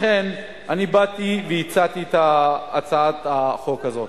לכן באתי והצעתי את הצעת החוק הזאת.